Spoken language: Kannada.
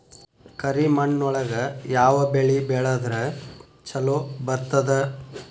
ಕರಿಮಣ್ಣೊಳಗ ಯಾವ ಬೆಳಿ ಬೆಳದ್ರ ಛಲೋ ಬರ್ತದ?